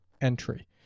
entry